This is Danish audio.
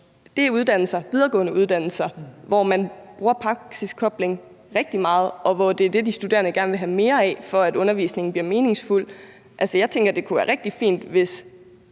Det er videregående uddannelser, hvor man bruger praksiskobling rigtig meget, og hvor det er det, de studerende gerne vil have mere af, for at undervisningen bliver meningsfuld. Jeg tænker, at det kunne være rigtig fint, hvis